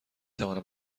توانم